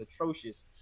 atrocious